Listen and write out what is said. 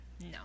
No